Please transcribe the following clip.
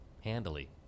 handily